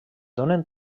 donen